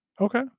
Okay